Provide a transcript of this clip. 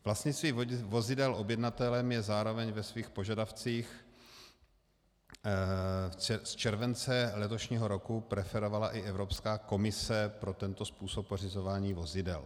Vlastnictví vozidel objednatelem zároveň ve svých požadavcích z července letošního roku preferovala i Evropská komise pro tento způsob pořizování vozidel.